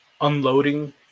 unloading